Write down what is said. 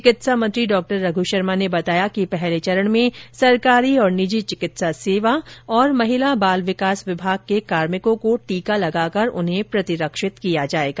चिकित्सा मंत्री डॉ रघ् शर्मा ने बताया कि पहले चरण में राजकीय और निजी चिकित्सा सेवा और महिला और बाल विकास विभाग के कार्मिकों को टीका लगाकर उन्हें प्रतिरक्षित किया जायेगा